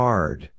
Hard